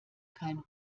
kein